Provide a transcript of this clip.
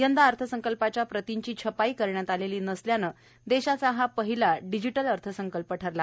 यंदा अर्थसंकल्पाच्या प्रतींची छपाई करण्यात आलेली नसल्याने देशाचा हा पहिला डिजिटल अर्थसंकल्प आहे